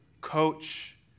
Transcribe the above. coach